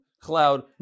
cloud